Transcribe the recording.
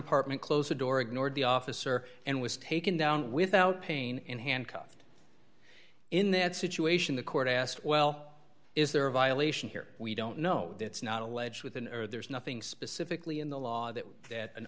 apartment close the door ignored the officer and was taken down without pain in handcuffed in that situation the court asked well is there a violation here we don't know it's not alleged with a nerd there's nothing specifically in the law that that an